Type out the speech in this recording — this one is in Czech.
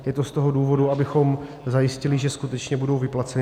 Je to z toho důvodu, abychom zajistili, že skutečně budou vyplaceny.